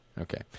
Okay